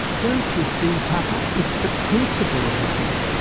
don't you see papa, it's the principle of the thing.